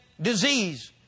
disease